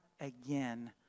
again